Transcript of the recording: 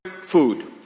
food